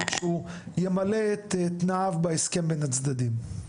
שהוא ימלא את תנאיו בהסכם בין הצדדים.